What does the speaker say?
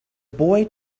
boy